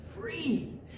free